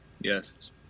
Yes